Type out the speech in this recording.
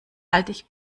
alt